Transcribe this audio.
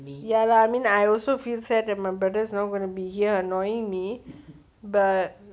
ya lah I mean I also feel sad that my brother is not going to be here annoying me but